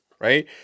right